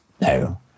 No